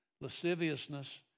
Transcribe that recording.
lasciviousness